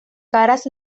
caras